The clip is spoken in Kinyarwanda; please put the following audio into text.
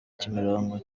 kimironko